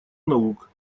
наук